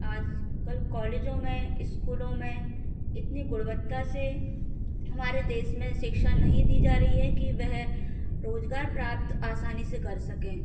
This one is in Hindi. आज कल कॉलेजो में स्कूलों में इतनी गुणवत्ता से हमारे देश में शिक्षा नहीं दी जा रही है कि वह रोजगार प्राप्त आसानी से कर सकें